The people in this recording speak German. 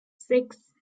sechs